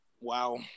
Wow